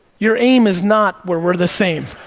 your aim is not where we're the same.